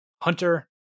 Hunter